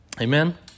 Amen